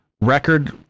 record